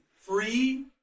free